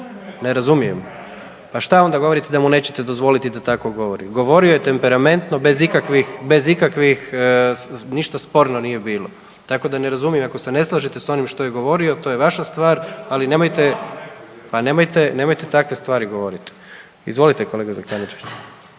Ne razumijem. Pa šta onda govorite da mu nećete dozvoliti da tako govori? Govorio je temperamentno bez ikakvih, bez ikakvih, ništa sporno nije bilo, tako da ne razumijem. Ako se ne slažete s onim što je govorio to je vaša stvar, ali nemojte …/Upadica iz klupe se ne razumije/… pa nemojte, nemojte takve stvari govorit. Izvolite kolega Zekanović.